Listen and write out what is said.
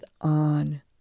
on